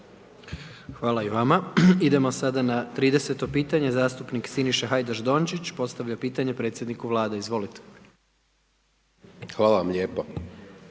Hvala i vama. Idemo sada na 30.-to pitanje zastupnik Siniša Hajdaš-Dončić, postavlja pitanje predsjedniku Vlade. Izvolite. **Hajdaš Dončić,